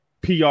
PR